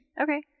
Okay